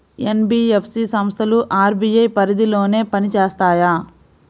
NBFC సంస్థలు RBI పరిధిలోనే పని చేస్తాయా?